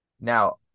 Now